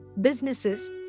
businesses